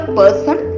person